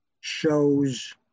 shows